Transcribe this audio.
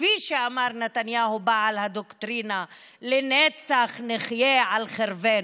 כפי שאמר נתניהו בעל הדוקטרינה: לנצח נחיה על חרבנו.